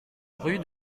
rue